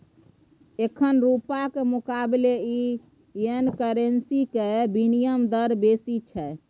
एखन रुपाक मुकाबले येन करेंसीक बिनिमय दर बेसी छै